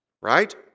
Right